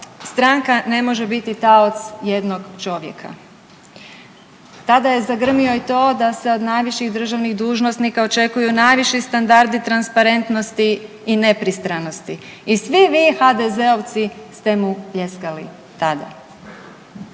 stranka ne može biti taoc jednog čovjeka. Tada je zagrmio i to da se od najviših državnih dužnosnika očekuju najviših standardi transparentnosti i nepristranosti i svi vi HDZ-ovci ste mu pljeskali tada.